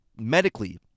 medically